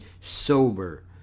sober